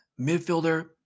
midfielder